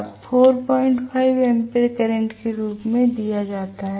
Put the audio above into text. अब 45 ampere current के रूप में दिया जाता है